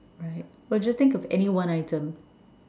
right well just think of any one item